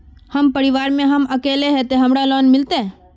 हम परिवार में हम अकेले है ते हमरा लोन मिलते?